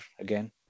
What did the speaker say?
again